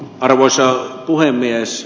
arvoisa puhemies